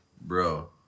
Bro